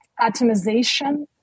atomization